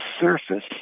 surface